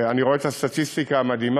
אני רואה את הסטטיסטיקה המדהימה,